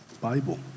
Bible